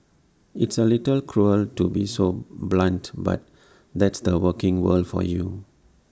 it's A little cruel to be so blunt but that's the working world for you